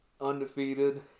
undefeated